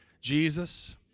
Jesus